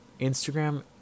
Instagram